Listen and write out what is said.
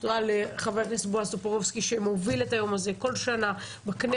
תודה לחבר הכנסת בועז טופורובסקי שמוביל את היום הזה כל שנה בכנסת.